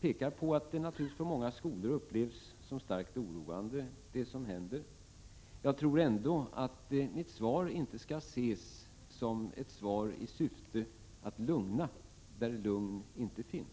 pekar på att det som händer naturligtvis på många skolor upplevs som starkt oroande. Mitt svar skall nog ändå inte ses som ett svar i syfte att lugna där lugn inte finns.